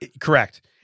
correct